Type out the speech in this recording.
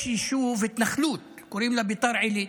יש יישוב, התנחלות שקוראים לה ביתר עילית.